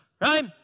Right